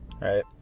right